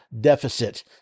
deficit